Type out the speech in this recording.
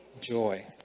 Joy